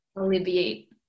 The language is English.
alleviate